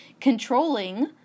controlling